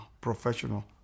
professional